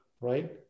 right